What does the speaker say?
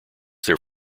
their